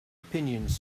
opinions